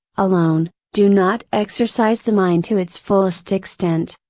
alone, do not exercise the mind to its fullest extent,